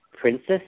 Princess